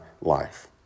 life